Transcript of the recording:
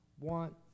want